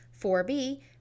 4B